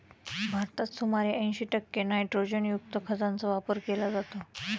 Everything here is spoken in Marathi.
भारतात सुमारे ऐंशी टक्के नायट्रोजनयुक्त खतांचा वापर केला जातो